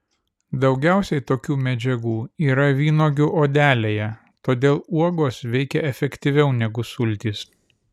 daugiausiai tokių medžiagų yra vynuogių odelėje todėl uogos veikia efektyviau negu sultys